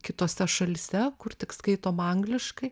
kitose šalyse kur tik skaitoma angliškai